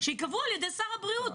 שייקבעו על ידי שר הבריאות.